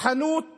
חנות